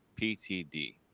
PTD